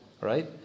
right